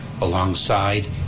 alongside